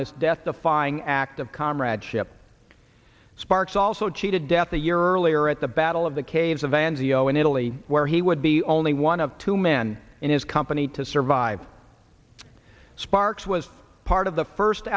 this death defying act of comradeship sparks also cheated death a year earlier at the battle of the caves of van's e o in italy where he would be only one of two men in his company to survive sparks was part of the first